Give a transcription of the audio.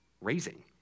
raising